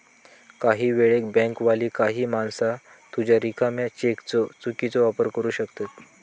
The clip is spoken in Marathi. काही वेळेक बँकवाली काही माणसा तुझ्या रिकाम्या चेकचो चुकीचो वापर करू शकतत